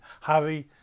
Harry